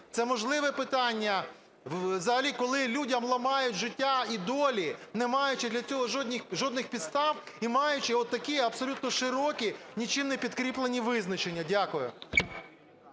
це можливе питання взагалі коли людям ламають життя і долі, не маючи для цього жодних підстав і маючи от такі абсолютно широкі, нічим не підкріплені, визначення. Дякую.